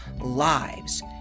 lives